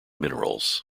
minerals